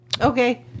Okay